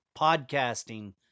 podcasting